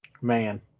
Man